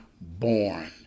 born